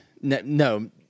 no